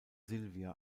silvia